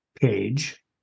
page